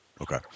Okay